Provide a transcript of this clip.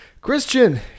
Christian